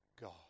God